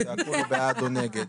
כשצעקו לו בעד או נגד.